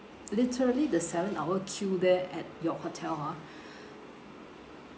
literally the seven hour queue there at your hotel ah